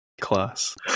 Class